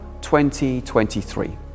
2023